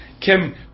Kim